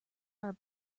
are